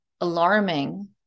alarming